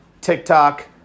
TikTok